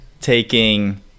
taking